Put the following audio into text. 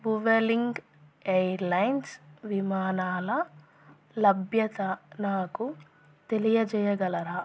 Vueling airlines విమానాల లభ్యత నాకు తెలియజేయగలరా